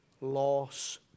Loss